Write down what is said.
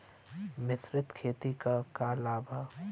मिश्रित खेती क का लाभ ह?